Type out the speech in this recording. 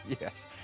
Yes